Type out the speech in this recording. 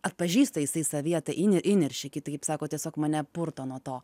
atpažįsta jisai savyje tą įnir įniršį kitaip sako tiesiog mane purto nuo to